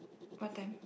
what time